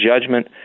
judgment